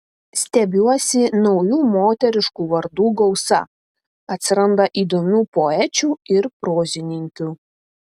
stebiuosi naujų moteriškų vardų gausa atsiranda įdomių poečių ir prozininkių